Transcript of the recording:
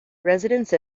residents